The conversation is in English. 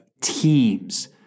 teams